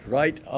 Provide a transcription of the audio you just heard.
right